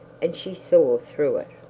and she saw through it.